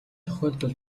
тохиолдол